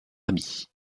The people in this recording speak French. habits